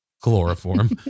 chloroform